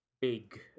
big